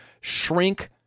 shrink